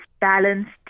balanced